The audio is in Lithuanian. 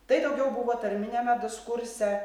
tai daugiau buvo tarminiame diskurse